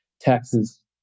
taxes